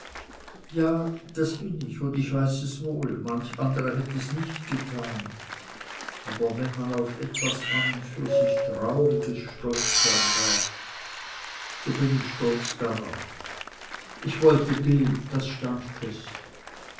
ja das bin ich und ich weiß es wohl manch andre hätt es nicht getan aber wenn man auf etwas an und für sich trauriges stolz sein darf so bin ich stolz darauf ich wollte gehn das stand fest